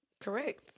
Correct